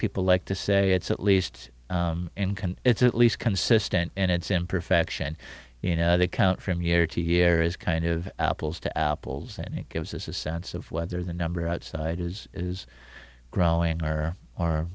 people like to say it's at least it's at least consistent in its imperfection you know they count from year to year is kind of apples to apples and it gives us a sense of whether the number outside is is growing or